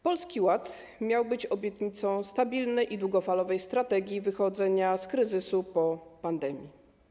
Polski Ład miał być obietnicą stabilnej i długofalowej strategii wychodzenia z kryzysu po pandemii.